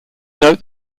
note